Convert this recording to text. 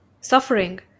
suffering